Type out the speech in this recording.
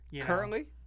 Currently